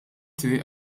triq